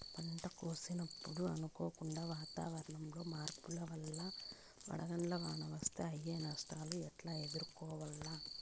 పంట కోసినప్పుడు అనుకోకుండా వాతావరణంలో మార్పుల వల్ల వడగండ్ల వాన వస్తే అయ్యే నష్టాలు ఎట్లా ఎదుర్కోవాలా?